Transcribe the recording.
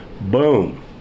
Boom